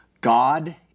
God